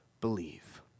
Believe